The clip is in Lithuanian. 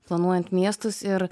planuojant miestus ir